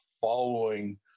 following